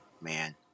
man